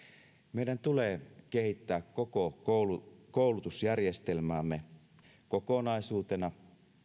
meidän tulee kehittää koko koulutusjärjestelmäämme kokonaisuutena